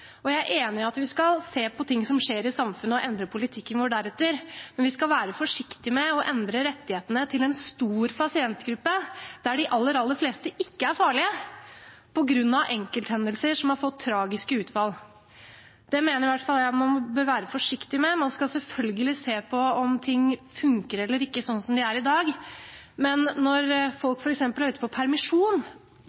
Jeg er enig i at vi skal se på ting som skjer i samfunnet og endre politikken vår deretter, men vi skal være forsiktig med å endre rettighetene til en stor pasientgruppe der de aller, aller fleste ikke er farlige, på grunn av enkelthendelser som har fått tragiske utfall. Det mener i hvert fall jeg man bør være forsiktig med. Man skal selvfølgelig se på om ting funker eller ikke, sånn som de er i dag, men